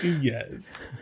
Yes